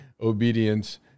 obedience